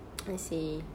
I see